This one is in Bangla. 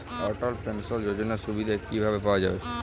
অটল পেনশন যোজনার সুবিধা কি ভাবে পাওয়া যাবে?